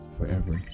Forever